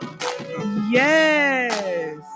Yes